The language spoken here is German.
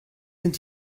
sind